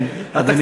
כן, אדוני יסיים.